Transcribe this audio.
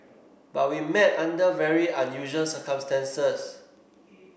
but we met under very unusual circumstances